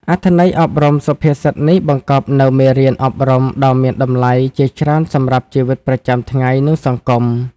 អត្ថន័យអប់រំសុភាសិតនេះបង្កប់នូវមេរៀនអប់រំដ៏មានតម្លៃជាច្រើនសម្រាប់ជីវិតប្រចាំថ្ងៃ និងសង្គម។